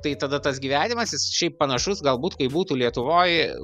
tai tada tas gyvenimas jis šiaip panašus galbūt kaip būtų lietuvoj